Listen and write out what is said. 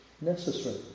necessary